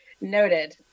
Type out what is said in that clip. Noted